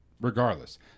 regardless